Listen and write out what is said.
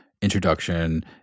introduction